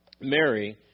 Mary